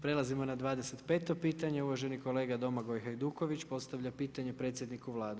Prelazimo na 25 pitanje, uvaženi kolega Domagoj Hajduković postavlja pitanje predsjedniku Vlade.